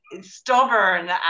stubborn